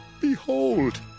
Behold